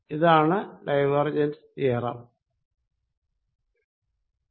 ഇതാണ് divergence theorem